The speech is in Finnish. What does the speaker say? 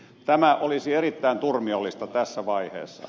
tämä olisi erittäin turmiollista tässä vaiheessa